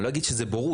אני לא אגיד שזו בורות,